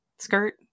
skirt